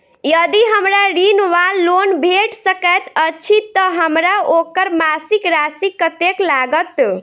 यदि हमरा ऋण वा लोन भेट सकैत अछि तऽ हमरा ओकर मासिक राशि कत्तेक लागत?